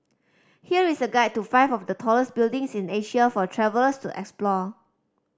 here is a guide to five of the tallest buildings in Asia for travellers to explore